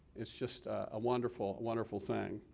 it's just a wonderful, wonderful thing.